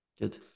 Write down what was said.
Good